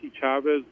Chavez